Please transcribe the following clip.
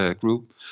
group